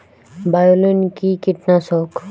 বায়োলিন কি কীটনাশক?